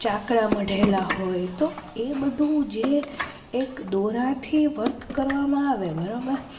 ચાકળા મઢેલા હોય તો એ બધું જે એક દોરાથી વર્ક કરવામાં આવે બરાબર